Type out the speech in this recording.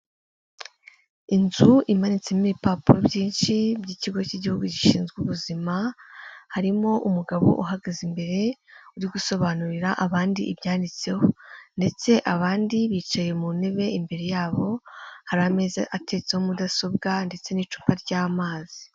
Inzu imanitsemo ibipapuro byinshi by'Ikigo cy'Igihugu gishinzwe Ubuzima, harimo umugabo uhagaze imbere, uri gusobanurira abandi ibyanditseho ndetse abandi bicaye mu ntebe imbere yabo, hari ameza ateretseho mudasobwa ndetse n'icupa ry'amazi.